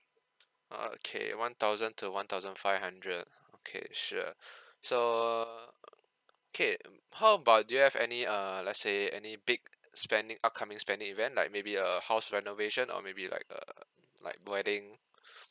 okay one thousand to one thousand five hundred okay sure so okay how about do you have any err like say any big spending upcoming spending event like maybe a house renovation or maybe like a like wedding